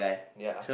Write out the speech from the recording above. ya